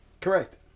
Correct